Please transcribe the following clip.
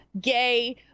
gay